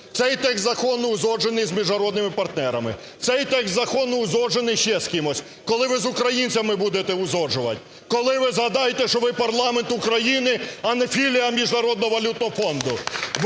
цей текст закону узгоджений з міжнародними партнерами, цей текст закону узгоджений з іще кимось. Коли ви з українцями будете узгоджувати? Коли ви згадаєте, що ви – парламент України, а не філія Міжнародного валютного фонду?